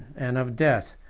and of death,